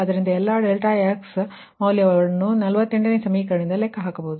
ಆದ್ದರಿಂದ ಎಲ್ಲಾ ∆x ಮೌಲ್ಯವನ್ನು ಸಮೀಕರಣ 48 ರಿಂದ ಲೆಕ್ಕಹಾಕಬಹುದು